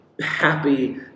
happy